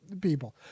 people